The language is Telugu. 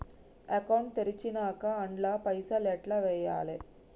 అకౌంట్ తెరిచినాక అండ్ల పైసల్ ఎట్ల వేయాలే?